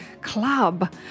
Club